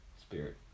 spirit